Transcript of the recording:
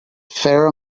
fair